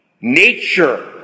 nature